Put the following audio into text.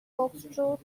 foxtrot